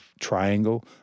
triangle